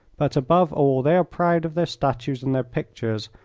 but above all they are proud of their statues and their pictures,